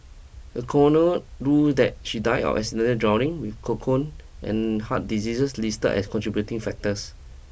a corner ruled that she died of accidental drowning with and heart diseases listed as contributing factors